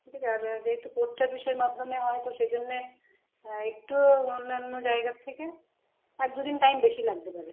ঠিক আছে আর যেহেতু পোস্ট অফিসের মাধ্যমে হয় তো সেজন্যে একটু অন্যান্য জায়গার থেকে এক দু দিন টাইম বেশি লাগতে পারে